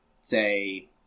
say